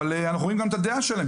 אבל אנחנו רואים את הדעה שלהם,